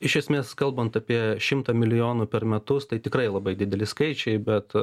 iš esmės kalbant apie šimtą milijonų per metus tai tikrai labai dideli skaičiai bet